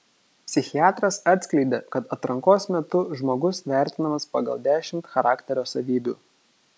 psichiatras atskleidė kad atrankos metu žmogus vertinamas pagal dešimt charakterio savybių